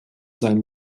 sein